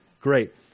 Great